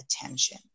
attention